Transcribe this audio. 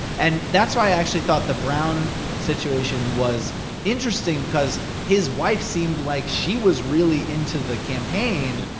and that's why i actually thought the brown situation was interesting because his wife seemed like she was really into the campaign.